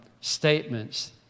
statements